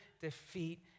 defeat